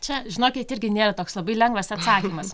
čia žinokit irgi nėra toks labai lengvas atsakymas